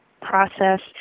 process